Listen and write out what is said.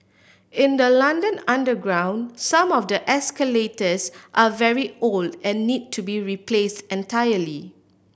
in the London underground some of the escalators are very old and need to be replace entirety